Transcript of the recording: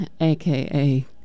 aka